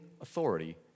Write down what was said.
authority